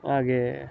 ಹಾಗೇ